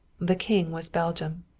the king was belgium.